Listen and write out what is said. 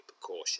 precaution